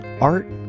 Art